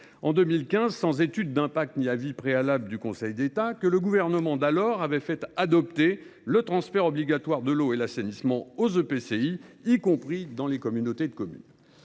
NOTRe, sans étude d’impact ni avis préalable du Conseil d’État, que le gouvernement d’alors avait fait adopter le transfert obligatoire des compétences « eau » et « assainissement » aux EPCI, y compris dans les communautés de communes.